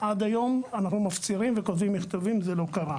עד היום אנחנו מפצירים וכותבים מכתבים, זה לא קרה.